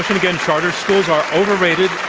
again, charter schools are overrated.